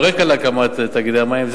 הרקע להקמת תאגידי המים,